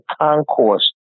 concourse